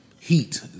Heat